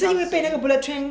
你是因为被那个 bullet train